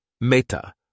Meta